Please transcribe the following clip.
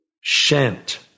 Shant